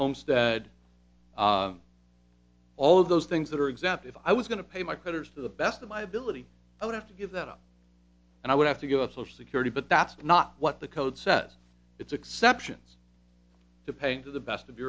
homestead all of those things that are exempt if i was going to pay my creditors to the best of my ability i would have to give that up and i would have to give up social security but that's not what the code says its exceptions to paying to the best of